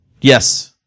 Yes